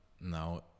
now